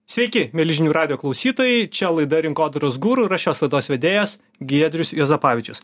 sveiki milžinių radijo klausytojai čia laida rinkodaros guru ir aš jos laidos vedėjas giedrius juozapavičius